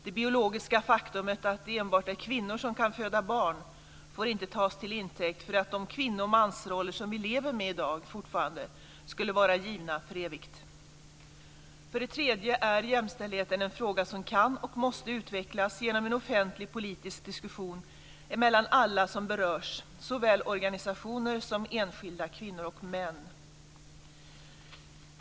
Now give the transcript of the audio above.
Det biologiska faktumet att det enbart är kvinnor som kan föda barn får inte tas till intäkt för att de kvinno och mansroller som vi fortfarande lever med skulle vara givna för evigt. För det tredje är jämställdheten en fråga som kan och måste utvecklas genom en offentlig politisk diskussion mellan alla som berörs, såväl organisationer som enskilda kvinnor och män.